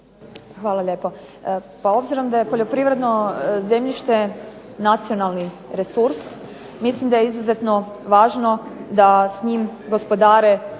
Hvala lijepo. Pa obzirom da je poljoprivredno zemljište nacionalni resurs mislim da je izuzetno važno da s njim gospodare